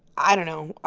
i don't know.